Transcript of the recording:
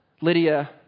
Lydia